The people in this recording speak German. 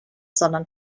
sondern